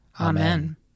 Amen